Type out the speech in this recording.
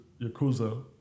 Yakuza